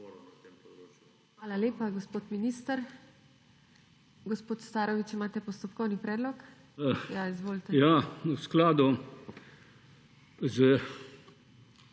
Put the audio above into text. Hvala lepa, gospod minister. Gospod Starović, imate postopkovni predlog? Ja, izvolite. VOJKO STAROVIĆ